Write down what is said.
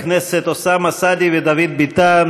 חברי הכנסת אוסאמה סעדי ודוד ביטן,